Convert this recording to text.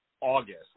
August